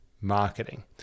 marketing